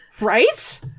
Right